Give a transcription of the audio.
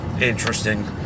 interesting